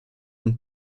und